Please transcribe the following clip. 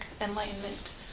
Enlightenment